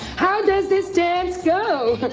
how does this dance go?